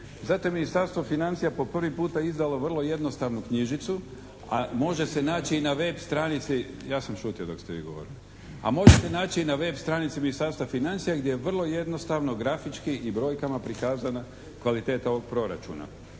Zato Ministarstvo financija po prvi puta izdala vrlo jednostavnu knjižicu, a može se naći i na web stranici. Ja sam šutio dok ste vi govorili. A može se naći i na web stranici Ministarstva financija gdje je vrlo jednostavno grafički i brojkama prikazana kvaliteta ovog Proračuna.